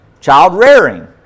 Child-rearing